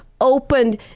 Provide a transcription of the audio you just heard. opened